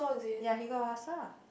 ya he got a hostel lah